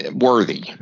Worthy